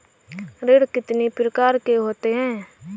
ऋण कितनी प्रकार के होते हैं?